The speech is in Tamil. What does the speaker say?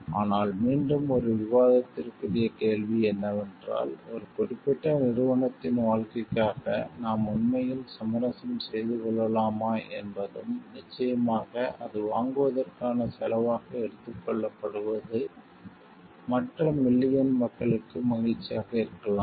ஆனால் மீண்டும் ஒரு விவாதத்திற்குரிய கேள்வி என்னவென்றால் ஒரு குறிப்பிட்ட நிறுவனத்தின் வாழ்க்கைக்காக நாம் உண்மையில் சமரசம் செய்து கொள்ளலாமா என்பதும் நிச்சயமாக அது வாங்குவதற்கான செலவாக எடுத்துக் கொள்ளப்படுவது மற்ற மில்லியன் மக்களுக்கு மகிழ்ச்சியாக இருக்கலாம்